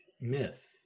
myth